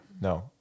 no